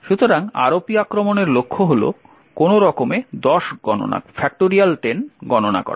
সুতরাং ROP আক্রমণের লক্ষ্য হল কোনও রকমে 10 গণনা করা